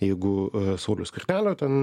jeigu sauliaus skvernelio ten